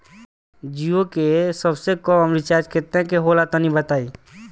जीओ के सबसे कम रिचार्ज केतना के होला तनि बताई?